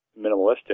minimalistic